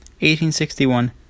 1861